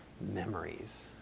memories